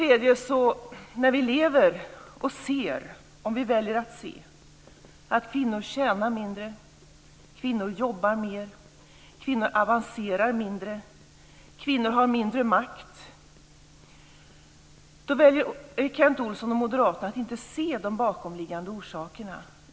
Om vi väljer att se, kan vi se att kvinnor tjänar mindre, kvinnor jobbar mer, kvinnor avancerar mindre, kvinnor har mindre makt. Kent Olsson och Moderaterna väljer att inte se de bakomliggande orsakerna.